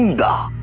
and go?